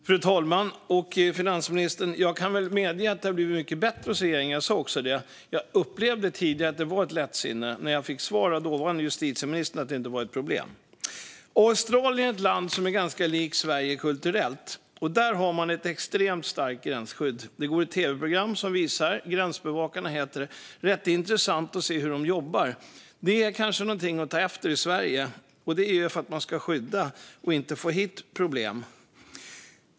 Fru talman och finansministern! Jag kan väl medge att det har blivit mycket bättre från regeringens sida. Jag sa också det. Jag upplevde tidigare att det var ett lättsinne när jag fick svar från dåvarande justitieministern som sa att det inte var ett problem. Australien är ett land som är ganska likt Sverige kulturellt. Där har man ett extremt starkt gränsskydd. Det finns ett tv-program som visar detta. Gränsbevakarna heter det. Det är rätt intressant att se hur de jobbar. Det är kanske någonting att ta efter i Sverige för att skydda gränserna och inte få hit problem.